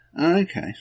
Okay